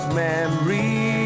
memories